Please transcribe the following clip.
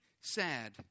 sad